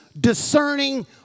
discerning